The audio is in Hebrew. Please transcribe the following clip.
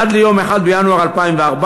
עד ליום 1 בינואר 2014,